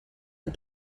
the